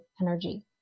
energy